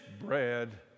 bread